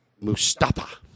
Mustafa